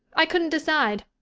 i couldn't decide.